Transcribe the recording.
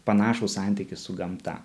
panašų santykį su gamta